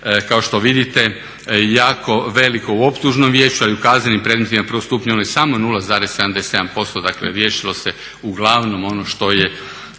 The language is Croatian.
kao što vidite jako veliko u optužnom vijeću a i u kaznenim predmetima u prvom stupnju ono je samo 0,77% Dakle riješilo se uglavnom ono što je